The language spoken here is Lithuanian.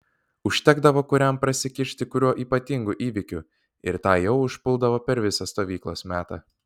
užtekdavo kuriam prasikišti kuriuo ypatingu įvykiu ir tą jau užpuldavo per visą stovyklos metą